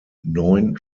neun